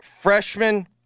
freshman